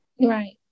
Right